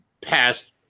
past